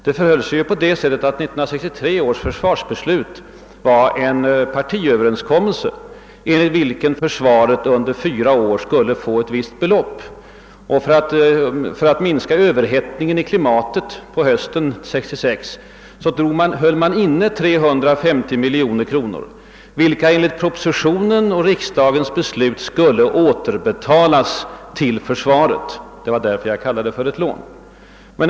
Det förhöll sig så att 1963 års försvarsbeslut var en partiöverenskommelse, enligt vilken försvaret under fyra år skulle få ett visst belopp. För att minska överhettningen i klimatet 1966 höll man då inne 350 miljoner kronor, som enligt propositionens förslag och riksdagens beslut skulle återbetalas till försvaret. Det var därför jag kallade detta för ett lån.